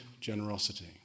generosity